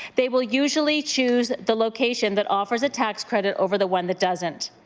they will usually choose the location that offers a tax credit over the one that doesn't.